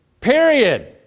Period